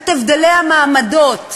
את הבדלי המעמדות.